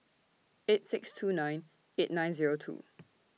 eight six two nine eight nine Zero two